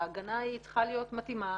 ההגנה צריכה להיות מתאימה